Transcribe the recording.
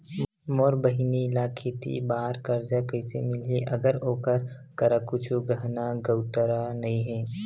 मोर बहिनी ला खेती बार कर्जा कइसे मिलहि, अगर ओकर करा कुछु गहना गउतरा नइ हे?